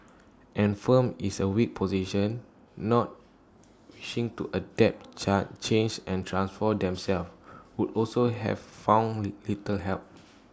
and firms is A weak position not wishing to adapt change and transform themselves would also have found little help